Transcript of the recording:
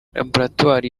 laboratwari